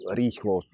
rýchlo